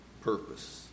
purpose